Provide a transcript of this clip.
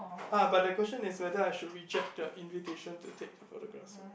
uh but the question is whether I should reject the invitation to take the photographs for them